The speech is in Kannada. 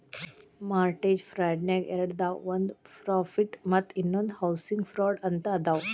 ಮಾರ್ಟೆಜ ಫ್ರಾಡ್ನ್ಯಾಗ ಎರಡದಾವ ಒಂದ್ ಪ್ರಾಫಿಟ್ ಮತ್ತ ಇನ್ನೊಂದ್ ಹೌಸಿಂಗ್ ಫ್ರಾಡ್ ಅಂತ ಅದಾವ